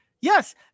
Yes